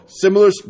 Similar